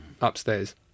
Upstairs